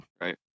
right